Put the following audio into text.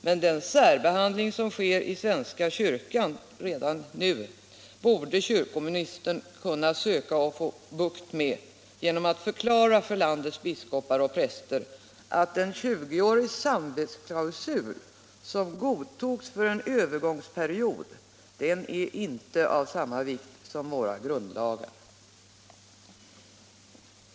Men den särbehandling som sker i svenska kyrkan redan nu borde kyrkoministern försöka få bukt med genom att förklara för landets biskopar och övriga präster att den tjugoåriga samvetsklausul som på sin tid godtogs för en övergångsperiod inte är av samma vikt som våra grundlagar.